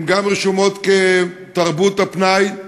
הן גם רשומות כתרבות הפנאי,